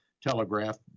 telegraph